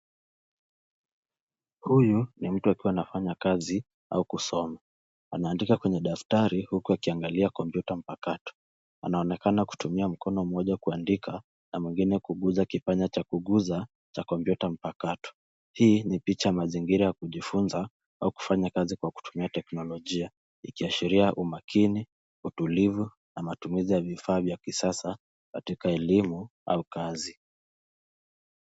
Huyu, ni mtu akiwa anafanya kazi, au kusoma. Anaandika kwenye daftari, huku akiangalia kompyuta mpakato. Anaonekana kutumia mkono mmoja kuandika, na mwingine kuguza kipanya cha kuguza, cha kompyuta mpakato. Hii ni picha ya mazingira ya kujifunza, au kufanya kazi kwa kutumia teknolojia. Ikiashiria umakini, utulivu, na matumizi ya vifaa vya kisasa, katika elimu au kazi.